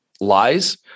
lies